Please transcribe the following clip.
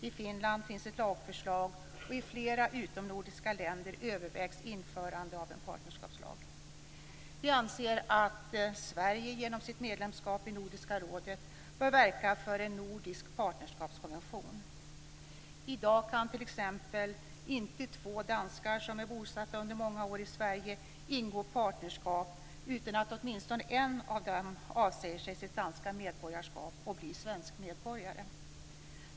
I Finland finns ett lagförslag och i flera utomnordiska länder övervägs införande av en partnerskapslag. Vi anser att Sverige genom sitt medlemskap i Nordiska rådet bör verka för en nordisk partnerskapskonvention. I dag kan t.ex. inte två danskar som under många år är bosatta i Sverige ingå partnerskap utan att åtminstone en av dem avsäger sig sitt danska medborgarskap och blir svensk medborgare.